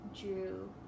drew